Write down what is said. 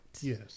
Yes